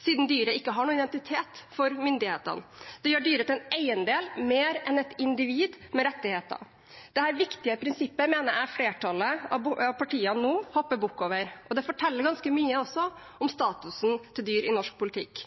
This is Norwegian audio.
siden dyrene ikke har noen identitet for myndighetene. Det gjør dyret til en eiendel mer enn et individ med rettigheter. Dette viktige prinsippet mener jeg flertallet av partiene nå hopper bukk over, og det forteller også ganske mye om statusen til dyr i norsk politikk,